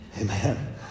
Amen